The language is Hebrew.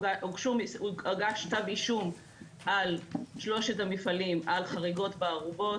הוגש כתב אישום על שלושת המפעלים על חריגות בארובות.